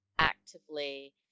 actively